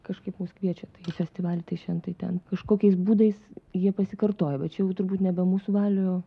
kažkaip mus kviečia į festivalį tai šen tai ten kažkokiais būdais jie pasikartoja va čia jau turbūt nebe mūsų valioj